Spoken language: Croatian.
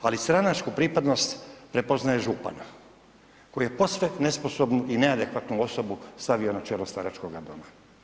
Ali stranačku pripadnost prepoznaje župan koji je posve nesposobnu i neadekvatnu osobu stavio na čelo staračkoga doma.